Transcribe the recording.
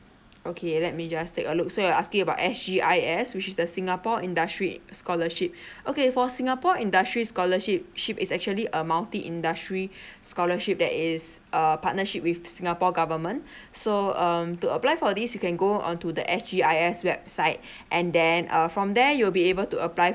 okay let me just take a look so you're asking about S_G_I_S which the singapore industry scholarship okay for singapore industry scholarship ship is actually a multi industry scholarship that is uh partnership with singapore government so um to apply for this you can go on to the S_G_I_S website and then uh from there you will be able to apply